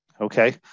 Okay